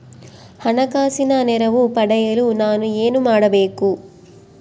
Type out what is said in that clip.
ಹಣಕಾಸಿನ ನೆರವು ಪಡೆಯಲು ನಾನು ಏನು ಮಾಡಬೇಕು?